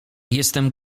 jestem